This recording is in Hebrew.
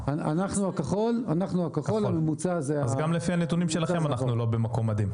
גם לפי הנתונים שלכם אנחנו לא במקום מדהים.